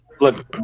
look